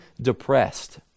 depressed